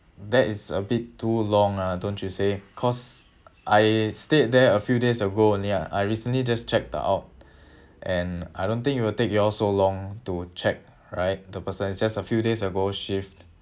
that is a bit too long ah don't you think cause I stayed there a few days ago only ah I recently just checked out and I don't think it will take you all so long to check right the person is just a few days ago shift